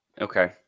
Okay